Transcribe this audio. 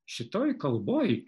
šitoj kalboj